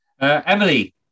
Emily